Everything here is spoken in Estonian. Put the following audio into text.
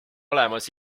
olemas